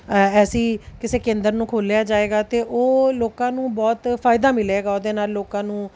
ਇਹ ਐਸੀ ਕਿਸੇ ਕੇਂਦਰ ਨੂੰ ਖੋਲ੍ਹਿਆ ਜਾਵੇਗਾ ਤੇ ਉਹ ਲੋਕਾਂ ਨੂੰ ਬਹੁਤ ਫ਼ਾਇਦਾ ਮਿਲੇਗਾ ਉਹਦੇ ਨਾਲ ਲੋਕਾਂ ਨੂੰ